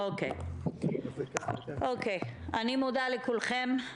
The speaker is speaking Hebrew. אני מודה לכולכם.